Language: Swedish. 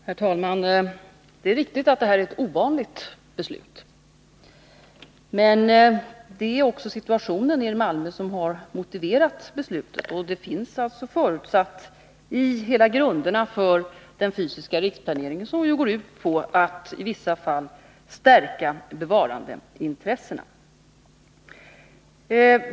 Herr talman! Det är riktigt att det här är ett ovanligt beslut. Men det är situationen i Malmö som har motiverat det. Till grund för den fysiska riksplaneringen ligger ju också förutsättningen att man i vissa fall skall stärka bevarandeintressena.